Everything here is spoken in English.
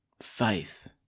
faith